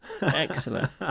Excellent